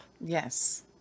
Yes